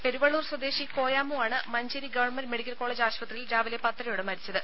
പെരുവള്ളൂർ സ്വദേശി കോയാമു ആണ് Manjeri government medical college ആശുപത്രിയിൽ രാവിലെ പത്തരയോടെ മരിച്ചത്